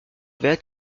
avaient